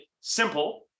simple